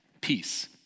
peace